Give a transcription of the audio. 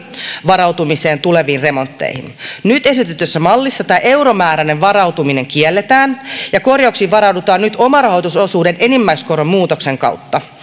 varautumiseen tuleviin remontteihin nyt esitetyssä mallissa tämä euromääräinen varautuminen kielletään ja korjauksiin varaudutaan nyt omarahoitusosuuden enimmäiskoron muutoksen kautta